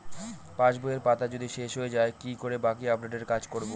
পাসবইয়ের পাতা যদি শেষ হয়ে য়ায় কি করে বাকী আপডেটের কাজ করব?